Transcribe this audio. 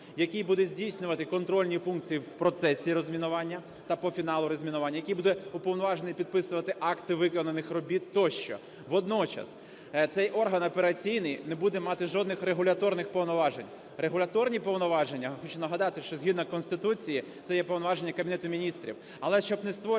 який буде здійснювати контрольні функції в процесі розмінування та по фіналу розмінування, який буде уповноважений підписувати акти виконаних робіт тощо. Водночас цей орган операційний не буде мати жодних регуляторних повноважень. Регуляторні повноваження, хочу нагадати, що згідно Конституції це є повноваження Кабінету Міністрів.